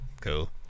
Cool